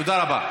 תודה רבה.